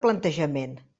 plantejament